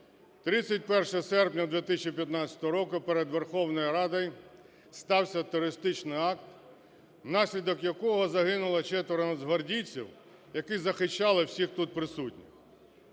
31 серпня 2015 року перед Верховною Радою стався терористичний акт, внаслідок якого загинуло четверо нацгвардійців, які захищали всіх тут присутніх.